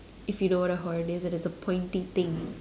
if you know what a horn is it is a pointy thing